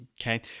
okay